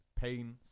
pain